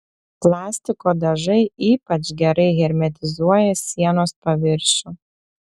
plastiko dažai ypač gerai hermetizuoja sienos paviršių